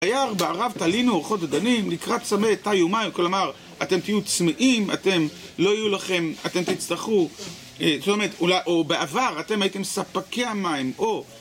"ביער בערב תלינו ארחות דדנים, לקראת צמא התיו מים", כלומר, אתם תהיו צמאים, אתם לא יהיו לכם... אתם תצטרכו, זאת אומרת, אולי... או בעבר, אתם הייתם ספקי המים, או...